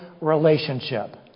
relationship